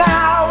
Now